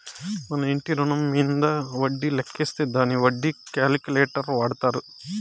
మన ఇంటి రుణం మీంద వడ్డీ లెక్కేసే దానికి వడ్డీ క్యాలిక్యులేటర్ వాడతారు